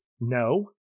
No